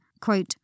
quote